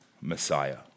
Messiah